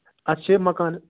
اَسہِ چھِ مَکانہٕ